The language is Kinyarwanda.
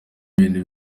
ibintu